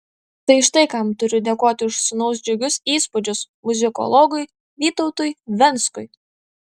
tai štai kam turiu dėkoti už sūnaus džiugius įspūdžius muzikologui vytautui venckui